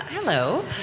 Hello